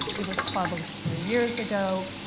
it was published three years ago.